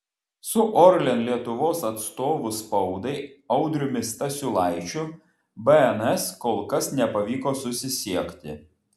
su orlen lietuvos atstovu spaudai audriumi stasiulaičiu bns kol kas nepavyko susisiekti